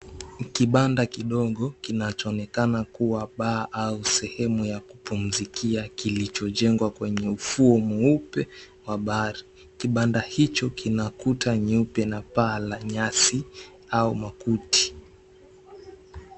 Kibanda kidogo kinachoonekana kuwa baa au sehemu ya kupumzikia kilichojengwa kwenye ufuo mweupe wa bahari. Kibanda hicho kina kuta nyeupe na paa la nyasi au makuti.